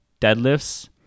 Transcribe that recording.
deadlifts